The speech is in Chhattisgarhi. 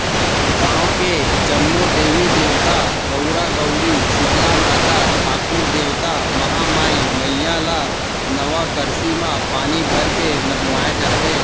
गाँव के जम्मो देवी देवता, गउरा गउरी, सीतला माता, ठाकुर देवता, महामाई मईया ल नवा करसी म पानी भरके नहुवाए जाथे